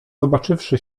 zobaczywszy